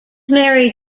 married